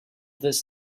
this